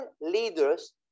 leaders